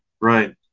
right